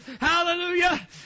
Hallelujah